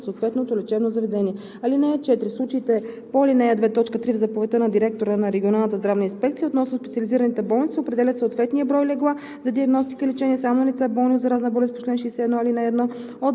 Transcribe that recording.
от Закона за здравето, за които се извършват дейности, в съответствие с разрешението за лечебна дейност на съответното лечебно заведение. (4) В случаите по ал. 2, т. 3 в заповедта на директора на регионалната здравна инспекция относно специализираните болници се определя съответният брой легла